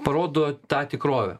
parodo tą tikrovę